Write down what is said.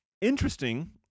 interesting